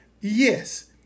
yes